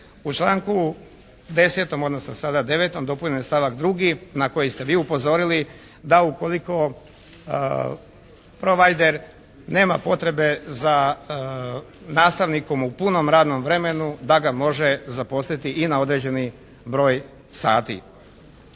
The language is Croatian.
U članku 10. odnosno sada 9. dopunjen je stavak 2. na koji ste vi upozorili, da ukoliko provajder nema potrebe za nastavnikom u punom radnom vremenu da ga može zaposliti i na određeni broj sati.